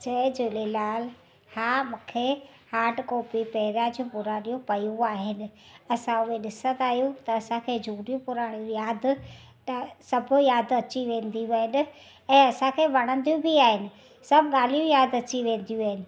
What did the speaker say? जय झूलेलाल हा मूंखे hard copy पहिरां जूं पुराणियूं पेयूं आहिनि असां उहे ॾिसंदा आहियूं त असांखे झूनियूं पुराणियूं यादि त सभु यादि अची वेंदियूं आहिनि ऐं असांखे वणंदियूं बि आहिनि सभु ॻाल्हियूं यादि अची वेंदियूं आहिनि